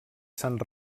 sant